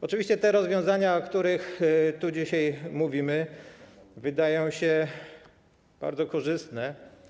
Oczywiście, te rozwiązania, o których dzisiaj mówimy, wydają się bardzo korzystne.